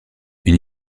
une